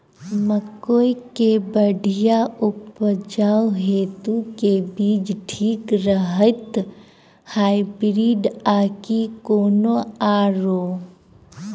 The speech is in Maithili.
मकई केँ बढ़िया उपज हेतु केँ बीज ठीक रहतै, हाइब्रिड आ की कोनो आओर?